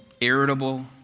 irritable